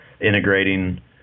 integrating